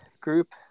group